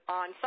on